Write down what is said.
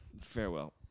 Farewell